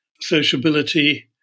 sociability